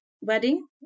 wedding